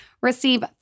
Receive